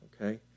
okay